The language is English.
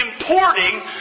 importing